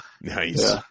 nice